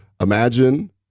Imagine